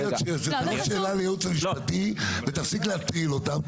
זאת שאלה לייעוץ המשפטי ותפסיק להפיל אותם,